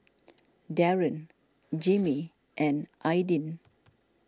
Daron Jimmie and Aidyn